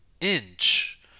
inch